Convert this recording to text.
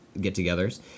get-togethers